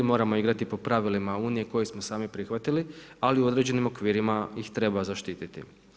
Moramo igrati po pravilima Unije koje smo sami prihvatili, ali u određenim okvirima ih treba zaštititi.